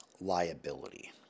liability